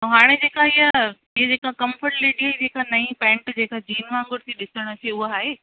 आऊं हाणे जेका हीअं ई जेका कम्फर्ट लेडीअ जी नई जेका नई पेंट जेका जीन वान्गुर थी ॾिसणु अचे उहा आहे